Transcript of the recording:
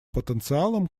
потенциалом